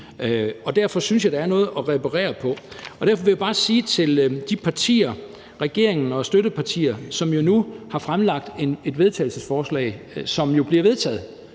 og derfor synes jeg, der er noget at reparere på. Derfor vil jeg bare sige til de partier, regeringen og dens støttepartier, som nu har fremlagt et forslag til vedtagelse, som jo bliver vedtaget